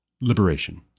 Liberation